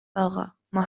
اقا، ما